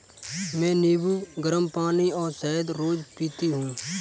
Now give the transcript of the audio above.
मैं नींबू, गरम पानी और शहद रोज पीती हूँ